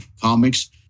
comics